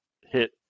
hit